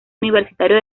universitario